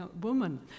woman